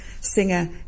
singer